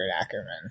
Ackerman